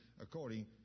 according